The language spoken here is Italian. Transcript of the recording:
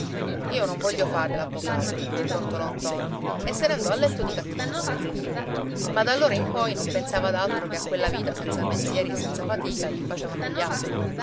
io non voglio fare l'avvocato brontolò ntoni e se ne andò a letto di cattivo umore ma d'allora in poi non pensava ad altro che a quella vita senza pensieri e senza fatica che facevano gli altri